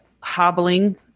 hobbling